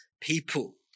people